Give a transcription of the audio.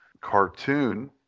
cartoon